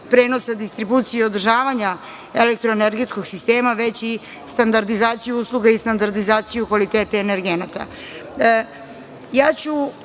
prenosa distribucije održavanja elektroenergetskog sistema, već i standardizaciju usluga i standardizaciju kvaliteta energenata. Možda